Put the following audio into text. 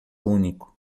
único